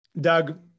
Doug